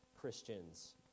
Christians